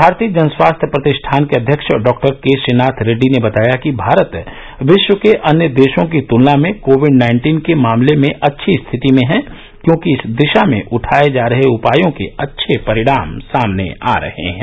भारतीय जन स्वास्थ्य प्रतिष्ठान के अध्यक्ष डाक्टर के श्रीनाथ रेड्डी ने बताया कि भारत विश्व के अन्य देशों की तुलना में कोविड नाइन्टीन के मामले में अच्छी स्थिति में है क्योंकि इस दिशा में उठाए जा रहे उपायों के अच्छे परिणाम सामने आ रहे हैं